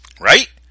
Right